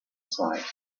side